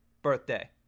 birthday